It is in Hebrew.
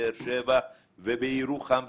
ובבאר שבע ובירוחם ובמצפה,